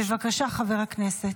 בבקשה, חבר הכנסת.